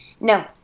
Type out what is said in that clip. no